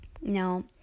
No